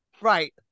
Right